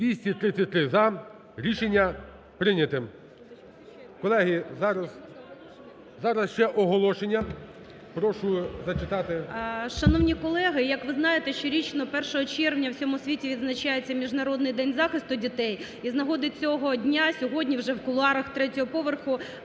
За-233 Рішення прийнято. Колеги, зараз… Зараз ще оголошення. Прошу зачитати. 12:07:18 ГЕРАЩЕНКО І.В. Шановні колеги, як ви знаєте, щорічно 1 червня в усьому світі відзначається Міжнародний день захисту дітей. І з нагоди цього дня сьогодні вже в кулуарах третього поверху